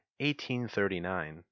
1839